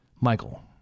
Michael